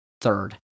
third